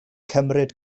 cymryd